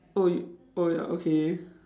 oh y~ oh ya okay